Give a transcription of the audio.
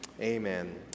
amen